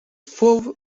throw